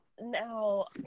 now